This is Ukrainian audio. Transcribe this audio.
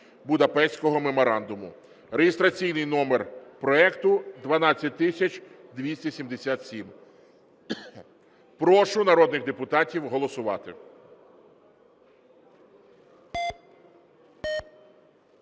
(Будапештського меморандуму). Реєстраційний номер проекту 12277. Прошу народних депутатів голосувати.